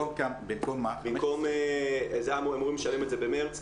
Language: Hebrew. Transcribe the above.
היו אמורים לשלם את זה במרץ,